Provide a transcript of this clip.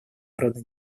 народно